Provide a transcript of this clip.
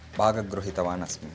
भागं गृहीतवानस्मि